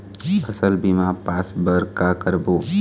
फसल बीमा पास बर का करबो?